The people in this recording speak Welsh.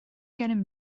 gennym